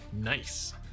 Nice